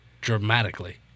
dramatically